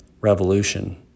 Revolution